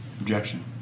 Objection